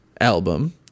album